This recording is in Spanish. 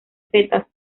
setas